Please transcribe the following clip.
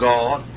God